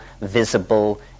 visible